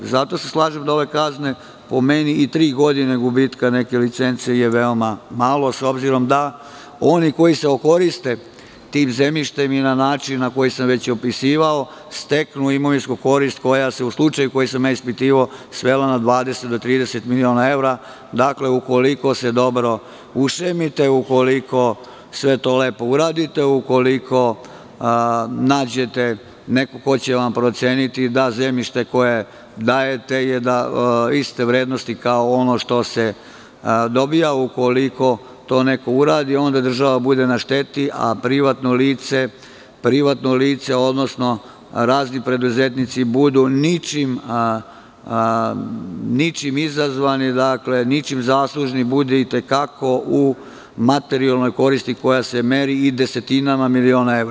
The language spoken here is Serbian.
Zato se slažem da ove kazne, po meni, i tri godine gubitka neke licence je veoma malo, s obzirom da oni koji se okoriste tim zemljištem, na način koji sam već opisivao, steknu imovinsku korist koja se, u slučaju koji sam ja ispitivao, svela na 20 do 30 miliona evra, dakle ukoliko se dobro ušemite, ukoliko sve to lepo uradite, ukoliko nađete nekog ko će vam proceniti da zemljište koje dajete je iste vrednosti kao ono što se dobija, ukoliko to neko uradi, onda država bude na šteti a privatno lice, odnosno razni preduzetnici budu ničim izazvani, dakle ničim zaslužni budu u materijalnoj koristi, koja se meri i desetinama miliona evra.